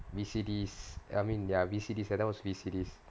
V_C_D I mean they're V_C_D set that was V_C_D